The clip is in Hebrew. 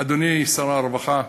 אדוני שר הרווחה,